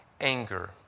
anger